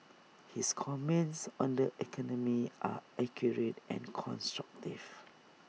his comments on the economy are accurate and constructive